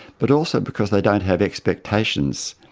but also because they don't have expectations